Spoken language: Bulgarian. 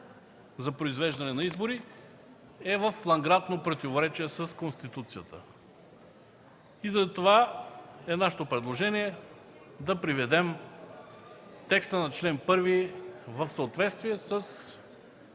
за произвеждане на избори, е във флагрантно противоречие с Конституцията. Затова е нашето предложение – да приведем текста на чл. 1 в съответствие с